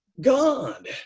God